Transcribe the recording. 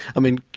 i mean,